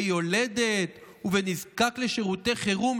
ביולדת ובנזקק לשירותי חירום,